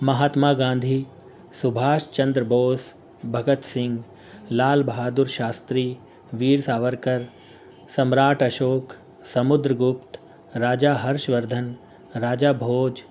مہاتما گاندھی سبھاش چندر بوس بھگت سنگھ لال بہادور شاستتری ویر ساورکر سمراٹ اشوک سمدر گپت راجا ہرش وردھن راجا بھوج